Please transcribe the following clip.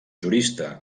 jurista